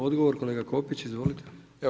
Odgovor kolega Kopić, izvolite.